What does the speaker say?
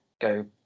go